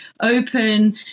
open